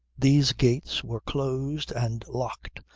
these gates were closed and locked.